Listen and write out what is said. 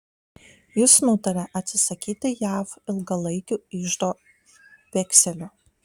jis nutarė atsisakyti jav ilgalaikių iždo vekselių